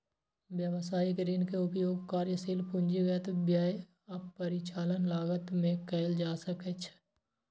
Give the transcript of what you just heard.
व्यवसायिक ऋण के उपयोग कार्यशील पूंजीगत व्यय आ परिचालन लागत मे कैल जा सकैछ